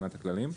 התקנת הכללים.